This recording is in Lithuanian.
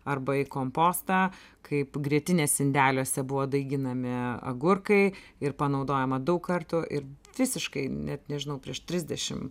arba į kompostą kaip grietinės indeliuose buvo daiginami agurkai ir panaudojama daug kartų ir visiškai net nežinau prieš trisdešim